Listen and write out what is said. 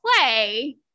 play